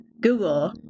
Google